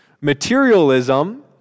materialism